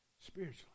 spiritually